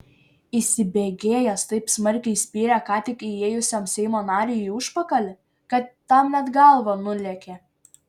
įsibėgėjęs taip smarkiai spyrė ką tik įėjusiam seimo nariui į užpakalį kad tam net galva nulėkė